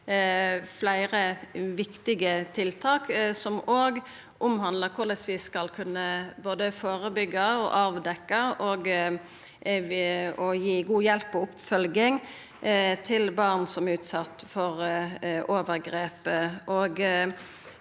fleire viktige tiltak som òg omhandlar korleis vi skal kunna både førebyggja, avdekkja og gi god hjelp og oppfølging til barn som er utsette for overgrep.